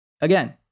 again